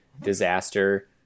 disaster